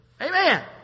Amen